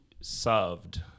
served